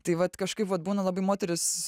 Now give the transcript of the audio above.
tai vat kažkaip vat būna labai moterys